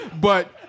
But-